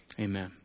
Amen